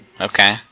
Okay